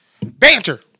Banter